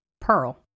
Pearl